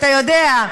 אתה יודע.